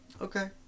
Okay